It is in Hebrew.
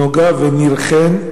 נוגה וניר-ח"ן.